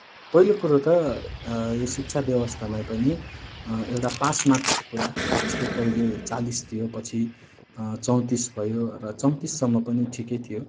पहिलो कुरो त यो शिक्षा व्यवस्थामै पनि एउटा पासमार्क्सको कुरा जस्तै पहिले चालिस थियो पछि चौँतिस भयो र चौँतिससम्म पनि ठिकै थियो